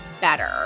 better